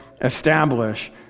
establish